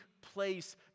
place